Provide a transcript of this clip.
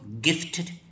gifted